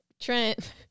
Trent